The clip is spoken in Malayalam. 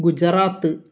ഗുജറാത്ത്